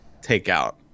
takeout